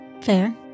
fair